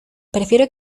prefiero